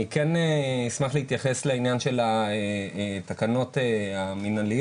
אני אשמח גם להתייחס לעניין של התקנות המנהליות.